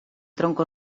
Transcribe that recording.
tronco